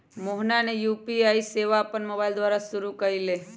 मोहना ने यू.पी.आई सेवा अपन मोबाइल द्वारा शुरू कई लय